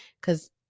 Cause